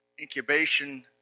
incubation